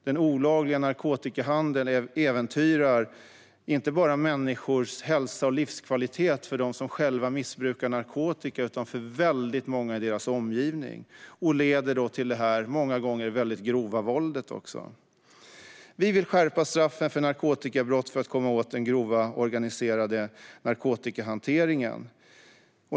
Den olagliga narkotikahandeln äventyrar inte bara människors hälsa och livskvalitet för dem som själva missbrukar narkotika utan för väldigt många i deras omgivning. Det leder många gånger till det väldigt grova våldet. Vi vill skärpa straffen för narkotikabrott för att komma åt den grova organiserade narkotikahanteringen.